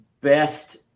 best